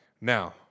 Now